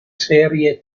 serie